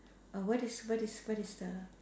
err what is what is what is the